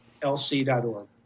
lc.org